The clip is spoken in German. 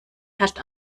herrscht